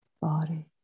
body